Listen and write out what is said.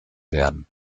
werden